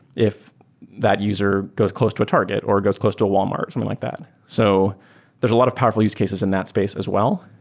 if that user goes close to a target or goes close to walmart, something like that. so there's a lot of powerful use cases in that space as well.